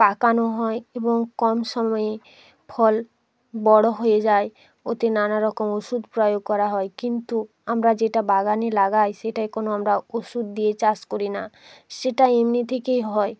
পাকানো হয় এবং কম সময়ে ফল বড়ো হয়ে যায় ওতে নানারকম ওষুধ প্রয়োগ করা হয় কিন্তু আমরা যেটা বাগানে লাগাই সেটাই কোনও আমরা ওষুধ দিয়ে চাষ করি না সেটাই এমনি থেকেই হয়